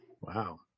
Wow